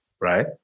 right